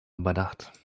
überdacht